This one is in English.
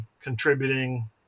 contributing